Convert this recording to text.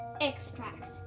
Extract